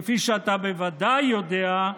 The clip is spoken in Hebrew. כפי שאתה בוודאי יודע,